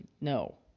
No